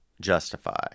justify